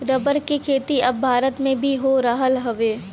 rubber के खेती अब भारत में भी हो रहल हउवे